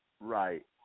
Right